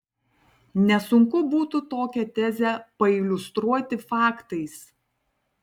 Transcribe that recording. nesunku būtų tokią tezę pailiustruoti faktais